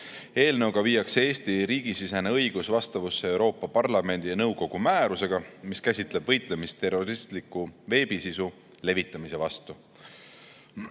Eelnõuga viiakse Eesti riigisisene õigus vastavusse Euroopa Parlamendi ja nõukogu määrusega, mis käsitleb võitlemist terroristliku veebisisu levitamise vastu.